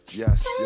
yes